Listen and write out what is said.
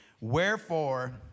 Wherefore